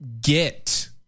get